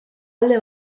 alde